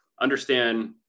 understand